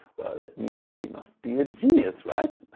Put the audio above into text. well, that means he must be a genius, right?